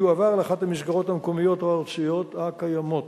הוא יועבר לאחת המסגרות המקומיות או הארציות הקיימות.